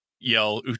Yell